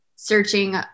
searching